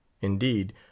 Indeed